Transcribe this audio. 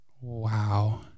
wow